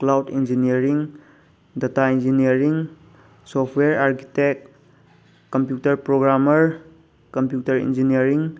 cloud engineering data engineering software architect computer programmer computer engineering